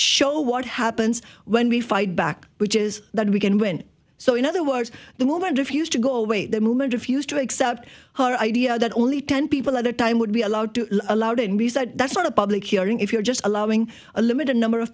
show what happens when we fight back which is that we can win so in other words the woman refused to go away the moment if used to accept her idea that only ten people at a time would be allowed to allowed in we said that's not a public hearing if you're just allowing a limited number of